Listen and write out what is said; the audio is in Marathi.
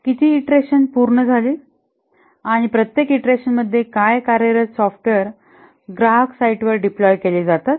किती ईंटरेशन पूर्ण झाली आणि प्रत्येक ईंटरेशनमध्ये काही कार्यरत सॉफ्टवेअर ग्राहक साइटवर डिप्लॉय केले जातात